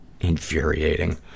infuriating